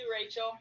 Rachel